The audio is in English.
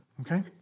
Okay